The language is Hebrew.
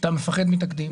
ואתה מפחד מתקדים?